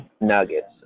nuggets